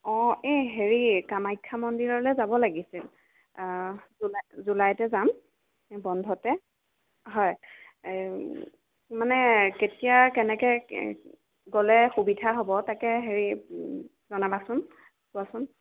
অঁ এ হেৰি কামাখ্যা মন্দিৰলৈ যাব লাগিছিল জুলাই জুলাইতে যাম বন্ধতে হয় মানে কেতিয়া কেনেকে গ'লে সুবিধা হ'ব তাকে হেৰি জনাবাচোন কোৱাচোন